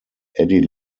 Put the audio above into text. eddy